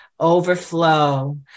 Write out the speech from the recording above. overflow